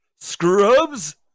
scrubs